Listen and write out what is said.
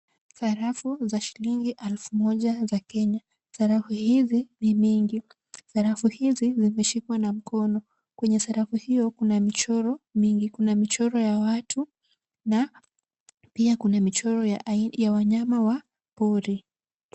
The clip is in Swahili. Sarafu za shilingi elfu moja za Kenya. Sarafu hizi ni mingi. Sarafu hizi zimeshikwa na mkono. Kwenye sarafu hiyo, kuna michoro mingi. Kuna michoro ya watu na pia kuna michoro ya wanyama wa pori.